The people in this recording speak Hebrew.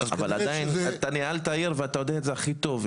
--- אתה ניהלת עיר, ואתה יודע את זה הכי טוב.